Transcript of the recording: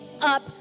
up